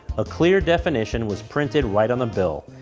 a clear definition was printed right on the bill.